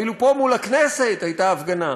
אפילו פה מול הכנסת הייתה הפגנה.